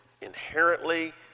inherently